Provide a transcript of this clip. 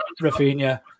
Rafinha